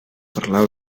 parlar